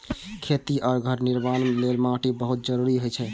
खेती आ घर निर्माण लेल माटि बहुत जरूरी होइ छै